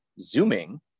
zooming